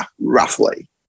roughly